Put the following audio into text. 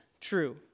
true